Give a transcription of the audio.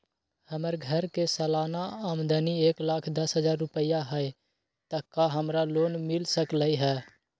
हमर घर के सालाना आमदनी एक लाख दस हजार रुपैया हाई त का हमरा लोन मिल सकलई ह?